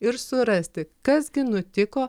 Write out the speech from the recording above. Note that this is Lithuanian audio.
ir surasti kas gi nutiko